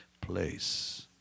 place